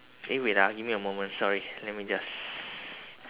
eh wait ah give me a moment sorry let me just